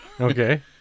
Okay